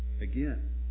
Again